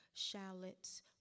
shallots